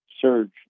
surge